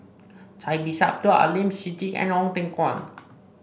Cai Bixia Abdul Aleem Siddique and Ong Teng Koon